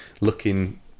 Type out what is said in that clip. looking